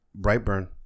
Brightburn